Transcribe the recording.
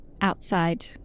outside